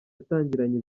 yatangiranye